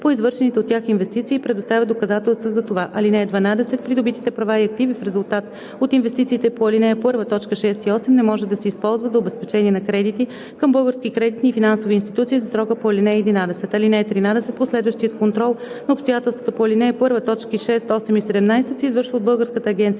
по извършените от тях инвестиции и предоставят доказателства за това. (12) Придобитите права и активи в резултат от инвестициите по ал. 1, т. 6 и 8 не може да се използват за обезпечение на кредити към български кредитни и финансови институции за срока по ал. 11. (13) Последващият контрол на обстоятелствата по ал. 1, т. 6, 8 и 17 се извършва от Българската агенция